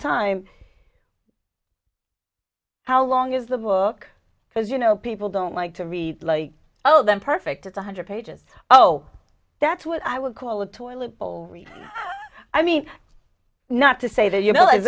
time how long is the book because you know people don't like to read like oh them perfect is one hundred pages oh that's what i would call a toilet bowl i mean not to say that you know i